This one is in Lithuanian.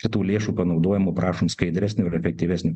kad tų lėšų panaudojamo prašom skaidresnio ir efektyvesnio